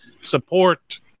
support